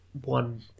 one